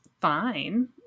fine